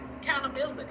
accountability